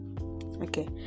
okay